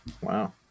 Wow